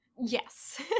Yes